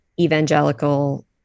evangelical